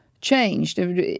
changed